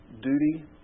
duty